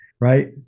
right